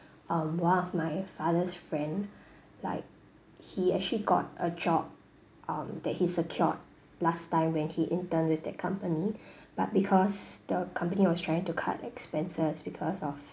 um one of my father's friend like he actually got a job um that he secured last time when he interned with that company but because the company was trying to cut expenses because of